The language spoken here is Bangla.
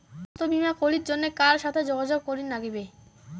স্বাস্থ্য বিমা করির জন্যে কার সাথে যোগাযোগ করির নাগিবে?